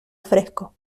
fresco